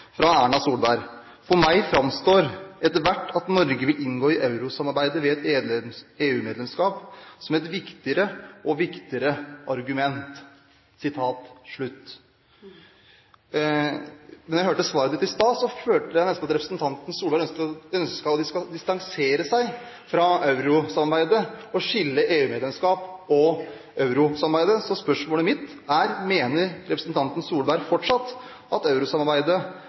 fra Erna Solberg, selv om jeg skjønte at det var plagsomt i stad: At Norge vil inngå i eurosamarbeidet ved et EU-medlemskap, framstår etter hvert som et viktigere og viktigere argument. Men da jeg hørte svaret ditt i stad, følte jeg nesten at representanten Solberg ønsket å distansere seg fra eurosamarbeidet og skille EU-medlemskap og eurosamarbeidet. Så spørsmålet mitt er: Mener representanten Solberg fortsatt at eurosamarbeidet